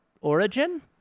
origin